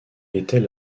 était